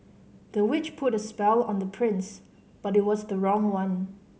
the witch put a spell on the prince but it was the wrong one